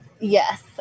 Yes